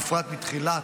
ובפרט מתחילת